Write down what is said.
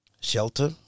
Shelter